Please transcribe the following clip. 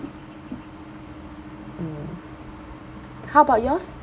mm how about yours